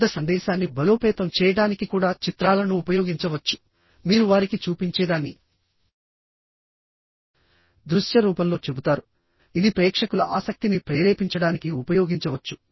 శబ్ద సందేశాన్ని బలోపేతం చేయడానికి కూడా చిత్రాలను ఉపయోగించవచ్చుమీరు వారికి చూపించేదాన్ని దృశ్య రూపంలో చెబుతారుఇది ప్రేక్షకుల ఆసక్తిని ప్రేరేపించడానికి ఉపయోగించవచ్చు